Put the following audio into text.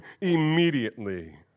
immediately